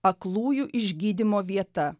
aklųjų išgydymo vieta